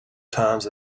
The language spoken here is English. times